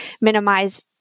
minimize